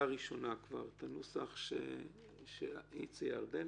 הראשונה כבר את הנוסח שהציעה ירדנה?